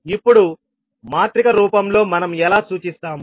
ఇప్పుడు మాత్రిక రూపంలో మనం ఎలా సూచిస్తాము